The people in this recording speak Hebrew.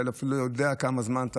אתה בוודאי גם מקבל תלונות מאזרחים במדינת